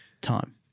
time